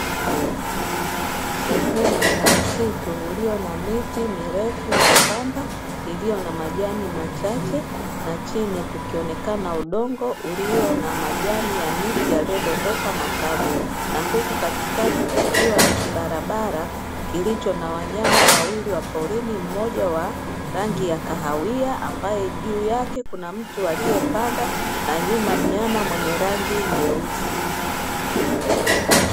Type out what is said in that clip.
Sehemu ya msitu ulio na miti mirefu miembamba, iliyo na majani machache na chini kukionekana udongo ulio na majani ya miti yaliyodondoka makavu. Na huku katikati kukiwa na kibarabara kilicho na wanyama wawili wa porini, mmoja wa rangi ya kahawia ambaye juu yake kuna mtu aliyepanda na nyuma mnyama mwenye rangi nyeusi.